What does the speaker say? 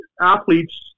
athletes